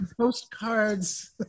postcards